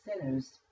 sinners